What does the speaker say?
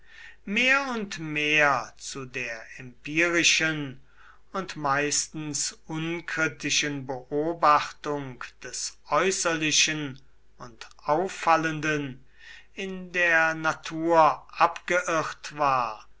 mehr und mehr zu der empirischen und meistens unkritischen beobachtung des äußerlichen und auffallenden in der natur abgeirrt war